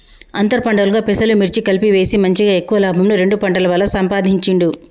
అంతర్ పంటలుగా పెసలు, మిర్చి కలిపి వేసి మంచిగ ఎక్కువ లాభంను రెండు పంటల వల్ల సంపాధించిండు